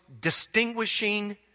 distinguishing